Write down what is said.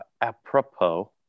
apropos